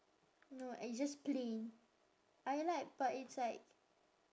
no it's just plain I like but it's like